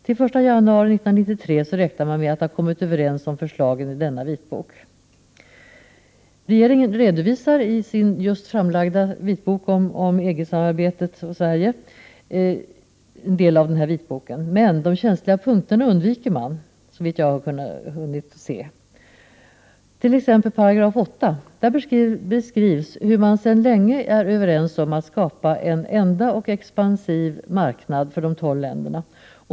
Till den 1 januari 1993 räknar man med att ha kommit överens om förslagen i denna vitbok. Regeringen redovisar i sin just framlagda vitbok om Sverige och EG-samarbetet en del av denna vitbok, men de känsliga punkterna undviker regeringen, såvitt jag har kunnat se. Detta gäller t.ex. § 8. Den beskriver hur man sedan länge varit överens om att skapa en enda och expansiv marknad för de tolv länderna.